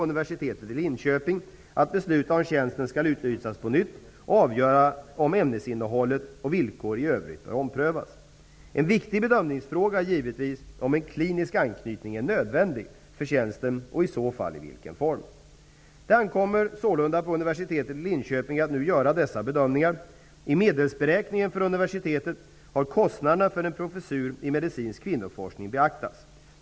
Universitetet i Linköping att besluta om tjänsten skall utlysas på nytt och avgöra om ämnesinnehållet och villkor i övrigt bör omprövas. En viktig bedömningsfråga är givetvis om en klinisk anknytning är nödvändig för tjänsten och i så fall i vilken form. Det ankommer sålunda nu på Universitetet i Linköping att göra dessa bedömningar. I medelsberäkningen för Universitetet i Linköping har kostnaderna för en professur i medicinsk kvinnoforskning beaktats.